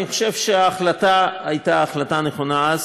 אני חושב שההחלטה הייתה נכונה אז,